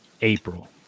April